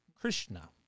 Krishna